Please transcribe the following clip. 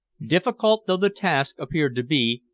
difficult though the task appeared to be,